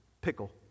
pickle